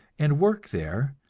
and work there,